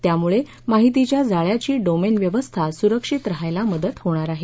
त्यामुळे माहितीच्या जाळयाची डोमेन व्यवस्था सुरक्षित राहायला मदत होणार आहे